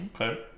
Okay